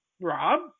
Rob